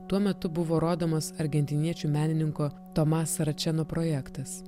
tuo metu buvo rodomas argentiniečių menininko tomas račeno projektas